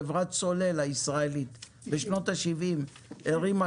חברת סולל הישראלית בשנות ה-70 הרימה